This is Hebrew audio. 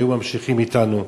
הם היו ממשיכים אתנו.